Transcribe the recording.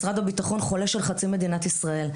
משרד הביטחון חלוש על חצי מדינת ישראל.